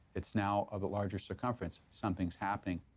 it's now of a larger circumference. something's happening.